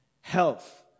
Health